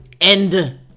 end